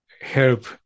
help